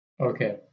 Okay